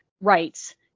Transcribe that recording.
rights